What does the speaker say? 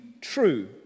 true